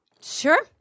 Sure